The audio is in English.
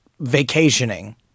vacationing